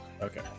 Okay